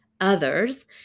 others